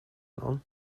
nån